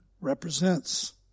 represents